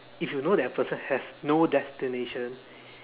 if you know that person has no destination